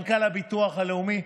מנכ"ל הביטוח הלאומי,